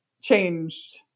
changed